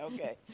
Okay